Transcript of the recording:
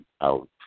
out